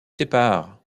sépare